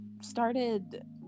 started